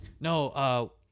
no